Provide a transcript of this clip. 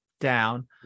down